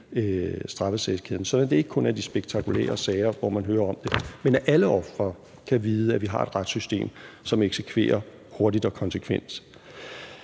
straffesagskæden, sådan at det ikke kun er de spektakulære sager, hvor man hører om det, men at alle ofre kan vide, at vi har et retssystem, som eksekverer hurtigt og konsekvent.